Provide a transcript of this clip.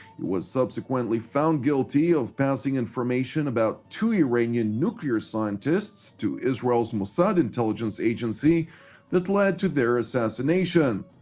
he was subsequently found guilty of passing information about two iranian nuclear scientists to israel's mossad intelligence agency that led to their assassinations.